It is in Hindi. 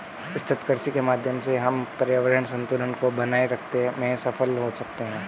सतत कृषि के माध्यम से हम पर्यावरण संतुलन को बनाए रखते में सफल हो सकते हैं